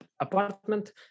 apartment